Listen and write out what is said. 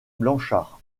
blanchard